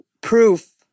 proof